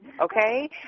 okay